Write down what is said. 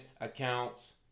accounts